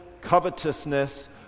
covetousness